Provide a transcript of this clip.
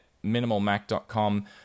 minimalmac.com